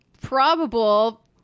probable